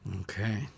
Okay